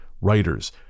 writers